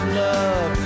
love